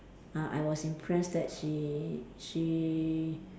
uh I was impressed that she she